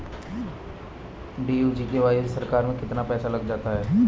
DDU GKY में सरकार का कितना पैसा लग जाता है?